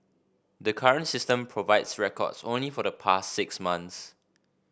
the current system provides records only for the past six months